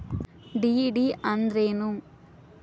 DD ಅಂದ್ರೇನು?